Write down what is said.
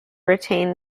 retain